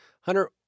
Hunter